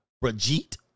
Brigitte